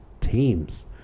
teams